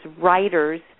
writers